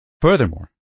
Furthermore